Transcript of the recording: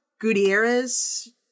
Gutierrez